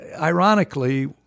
ironically